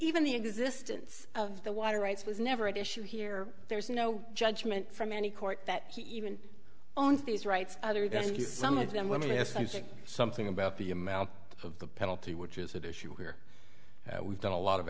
even the existence of the water rights was never at issue here there is no judgment from any court that he even owns these rights other than some of them let me ask you something about the amount of the penalty which is at issue here we've done a lot of